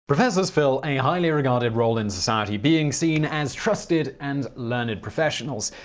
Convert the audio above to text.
professors fill a highly regarded role in society, being seen as trusted and learned professionals.